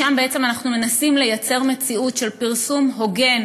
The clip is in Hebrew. שם אנחנו מנסים ליצור מציאות של פרסום הוגן